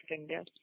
India